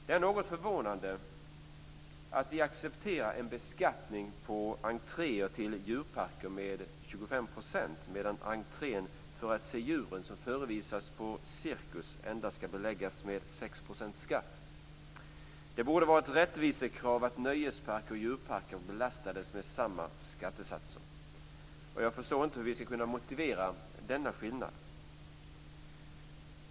Det är något förvånande att vi accepterar en beskattning på entréer till djurparker med 25 % medan entrén för att se djuren som förevisas på cirkus endast skall beläggas med 6 % i skatt. Det borde vara ett rättvisekrav att nöjesparker och djurparker belastades med samma skattesatser. Jag förstår inte hur vi skall kunna motivera denna skillnad.